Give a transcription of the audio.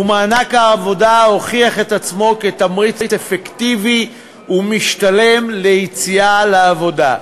ומענק העבודה הוכיח את עצמו כתמריץ אפקטיבי ומשתלם ליציאה לעבודה.